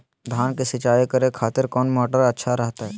धान की सिंचाई करे खातिर कौन मोटर अच्छा रहतय?